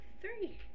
three